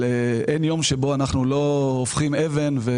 אין יום שבו אנחנו לא הופכים אבן.